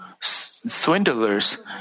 swindlers